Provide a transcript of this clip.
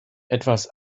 etwas